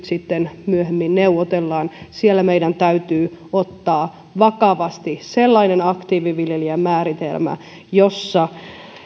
sitten myöhemmin neuvotellaan niin siellä meidän täytyy ottaa vakavasti sellainen aktiiviviljelijän määritelmä jossa